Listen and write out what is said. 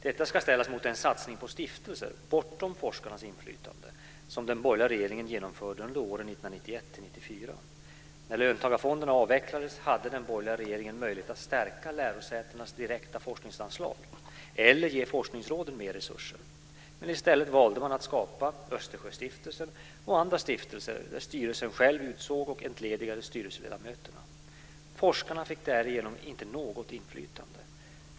Detta ska ställas mot den satsning på stiftelser bortom forskarnas inflytande som den borgerliga regeringen genomförde under åren 1991-1994. När löntagarfonderna avvecklades hade den borgerliga regeringen möjlighet att stärka lärosätenas direkta forskningsanslag eller ge forskningsråden mer resurser. Men i stället valde man att skapa Östersjöstiftelsen och andra stiftelser där styrelsen själv utsåg och entledigade styrelseledamöterna. Forskarna fick därigenom inte något inflytande.